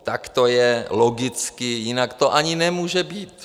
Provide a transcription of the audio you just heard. Tak to je logicky, jinak to ani nemůže být.